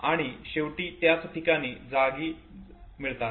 आणि शेवटी पुन्हा त्याच जागी मिळतात